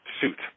suit